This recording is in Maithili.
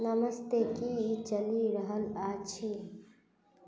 नमस्ते कि चलि रहल अछि